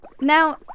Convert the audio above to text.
Now